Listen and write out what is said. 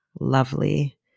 lovely